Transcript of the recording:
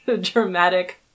dramatic